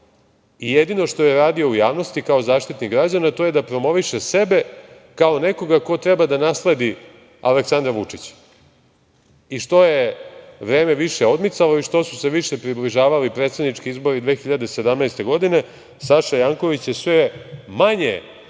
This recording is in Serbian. I jedino što je radio u javnosti kao Zaštitnik građana, to je da promoviše sebe, kao nekoga ko treba da nasledi Aleksandra Vučića. I što je vreme više odmicalo i što su se više približavali predsednički izbori 2017. godine, Saša Janković je sve manje bivao